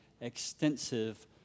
extensive